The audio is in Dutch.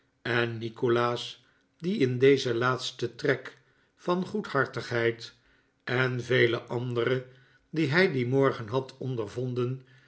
en nikolaas die in dezen laatsten trek van goedhartigheid en vele andere die hij dien morgen had ondervonden